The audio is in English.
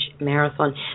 Marathon